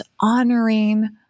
honoring